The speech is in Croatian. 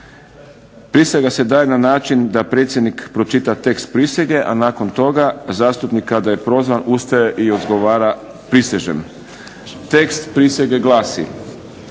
Prisega se daje na način da predsjednik pročita tekst prisege, a nakon toga zastupnik kada je prozvan ustaje i odgovara prisežem Tekst prisege glasi: